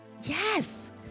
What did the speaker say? yes